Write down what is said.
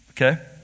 okay